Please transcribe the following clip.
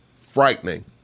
Frightening